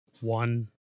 one